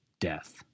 death